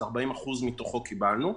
40% מתוכו באמת קיבלנו.